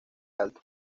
alto